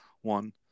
one